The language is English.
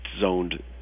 zoned